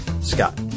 Scott